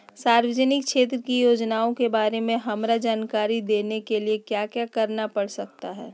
सामाजिक क्षेत्र की योजनाओं के बारे में हमरा जानकारी देने के लिए क्या क्या करना पड़ सकता है?